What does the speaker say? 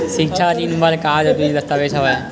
सिक्छा ऋण बर जरूरी दस्तावेज का हवय?